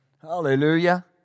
Hallelujah